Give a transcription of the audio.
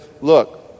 look